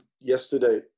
Yesterday